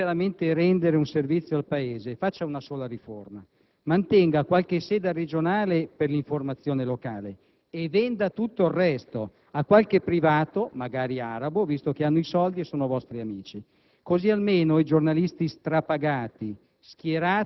Quindi, se vuole veramente rendere un servizio al Paese, faccia una sola riforma: mantenga qualche sede regionale per l'informazione locale e venda tutto il resto a qualche privato, magari arabo, visto che hanno i soldi e sono vostri amici, così almeno i giornalisti strapagati,